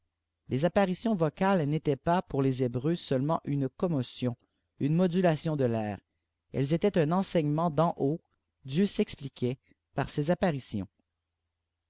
les apparitions vocales n'étaient pas pour les hébreux seulement une commotion une modulation de l'air elles étaient un enseignement d'en haut dieu s'expliquait par ces apparitions